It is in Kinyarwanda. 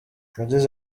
yagize